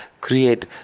create